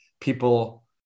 people